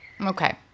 Okay